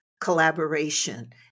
collaboration